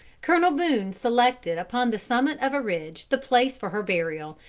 colonel boone selected upon the summit of a ridge the place for her burial,